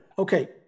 Okay